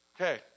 Okay